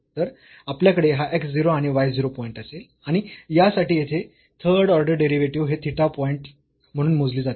तर आपल्याकडे हा x 0 आणि y 0 पॉईंट असेल आणि यासाठी येथे थर्ड ऑर्डर डेरिव्हेटिव्ह हे थिटा पॉईंट म्हणून मोजले जाते